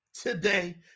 today